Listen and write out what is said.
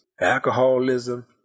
alcoholism